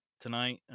tonight